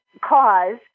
cause